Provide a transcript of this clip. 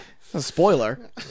Spoiler